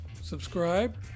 subscribe